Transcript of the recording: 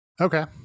Okay